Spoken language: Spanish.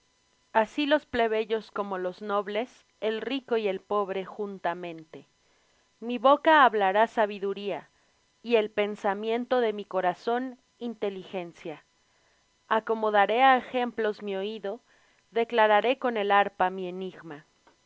así los plebeyos como los nobles el rico y el pobre juntamente mi boca hablará sabiduría y el pensamiento de mi corazón inteligencia acomodaré á ejemplos mi oído declararé con el arpa mi enigma por